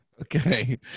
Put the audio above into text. Okay